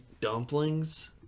dumplings